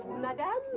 madame,